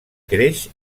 creix